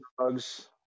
drugs